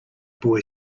boy